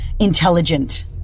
intelligent